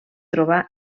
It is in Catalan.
trobar